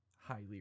highly